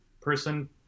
person